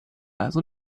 also